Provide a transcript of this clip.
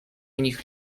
nich